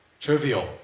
trivial